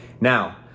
Now